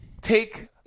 Take